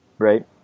right